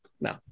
no